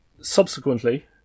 subsequently